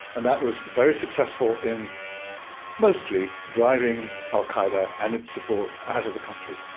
and that was very successful in mostly driving al qaeda and its support out of the country.